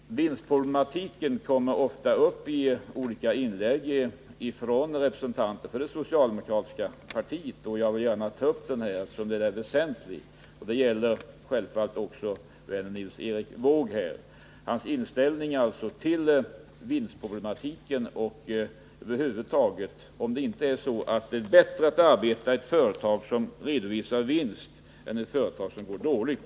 Fru talman! Vinstproblematiken kommer ofta upp i olika inlägg av representanter för det socialdemokratiska partiet, och detta gäller självfallet också vännen Nils Erik Wååg. Jag vill gärna ta upp den frågan, eftersom den är väsentlig. Är det inte ändå så att det är bättre att arbeta i ett företag som redovisar vinst än i ett som går dåligt?